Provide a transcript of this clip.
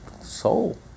soul